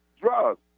drugs